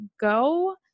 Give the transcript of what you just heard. go